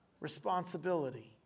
responsibility